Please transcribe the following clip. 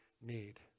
need